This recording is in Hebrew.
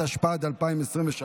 התשפ"ד 2023,